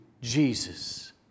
Jesus